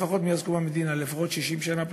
לפחות מאז קום המדינה, לפחות 60 שנה פלוס.